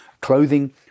clothing